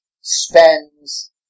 spends